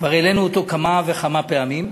שכבר העלינו אותה כמה וכמה פעמים,